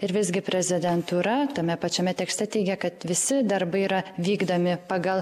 ir visgi prezidentūra tame pačiame tekste teigia kad visi darbai yra vykdomi pagal